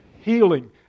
healing